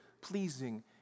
pleasing